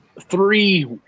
three